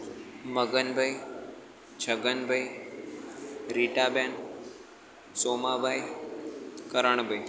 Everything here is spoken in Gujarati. મગનભાઈ છગનભાઈ રીટાબેન સોમાભાઈ કરણભાઈ